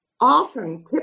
often